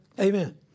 Amen